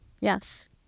Yes